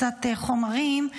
קצת חומרים.